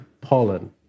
Pollen